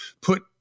Put